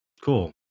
cool